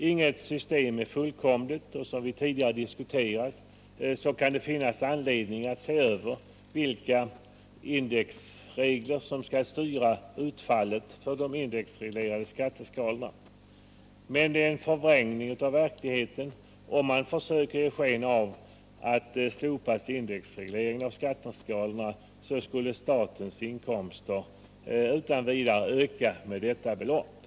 Inget system är fullkomligt, och som vi tidigare diskuterat så finns anledning att se över vilka indexregler som skall styra utfallet av de indexreglerade skatteskalorna. Men det är att förvränga verkligheten då man försöker ge sken av att en slopad indexreglering av skatteskalorna skulle innebära att statens inkomster utan vidare ökade med nämnda belopp.